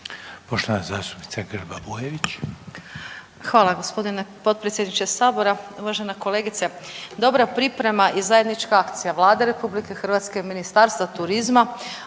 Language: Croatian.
**Grba-Bujević, Maja (HDZ)** Hvala gospodine potpredsjedniče Sabora. Uvažena kolegice, dobra priprema i zajednička akcija Vlade RH i Ministarstva turizma,